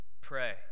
Pray